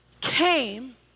came